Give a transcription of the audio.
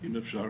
אם אפשר.